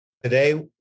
Today